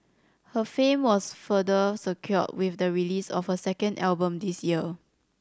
her fame was further secured with the release of her second album this year